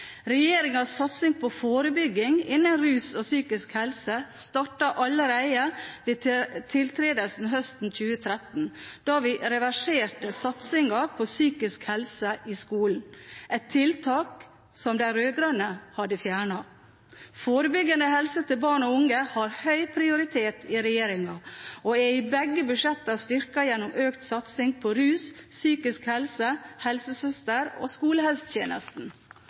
satsing på forebygging innen rus og psykisk helse startet allerede ved tiltredelse høsten 2013, da vi reverserte satsingen på psykisk helse i skolen, et tiltak som de rød-grønne hadde fjernet. Forebyggende helse til barn og unge har høy prioritet i regjeringen, og er i begge budsjettene styrket gjennom økt satsing på områdene rus, psykisk helse, helsesøster og skolehelsetjenesten.